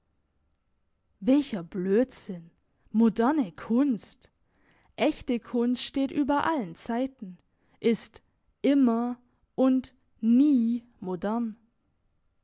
welcher blödsinn moderne kunst echte kunst steht über allen zeiten ist immer und nie modern